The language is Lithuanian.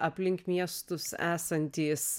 aplink miestus esantys